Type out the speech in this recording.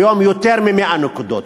והיום, יותר מ-100 נקודות.